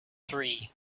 three